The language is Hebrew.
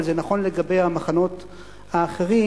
אבל זה נכון לגבי המחנות האחרים,